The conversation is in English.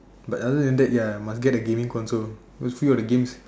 but other than that ya must get the gaming console those few of the games